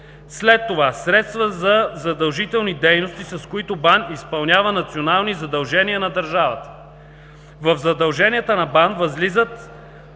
След това – средства за задължителни дейности, с които БАН изпълнява национални задължения на държавата. В задълженията на БАН възлизат